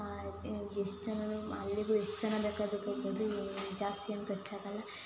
ಅದು ಎಷ್ಟು ಜನ ಅಲ್ಲಿಗೂ ಎಷ್ಟು ಜನ ಬೇಕಾದ್ರೂ ಬರ್ಬೋದು ಜಾಸ್ತಿ ಏನೂ ಖರ್ಚಾಗಲ್ಲ